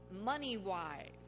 money-wise